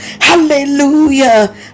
Hallelujah